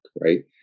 right